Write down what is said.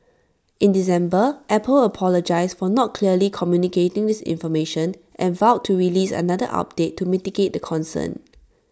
in December Apple apologised for not clearly communicating this information and vowed to release another update to mitigate the concern